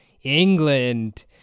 England